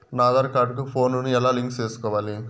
నా ఆధార్ కార్డు కు ఫోను ను ఎలా లింకు సేసుకోవాలి?